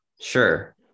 sure